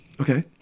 Okay